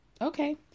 Okay